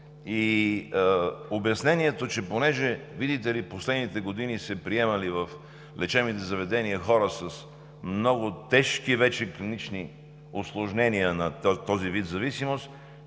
и обяснението, че понеже, видите ли, през последните години се приемали в лечебните заведения хора с много тежки вече клинични усложнения на този вид зависимост